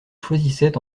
choisissait